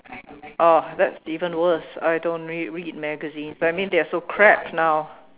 uh that's even worse I don't read read magazines I mean they're so crap now